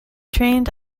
trained